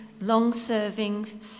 long-serving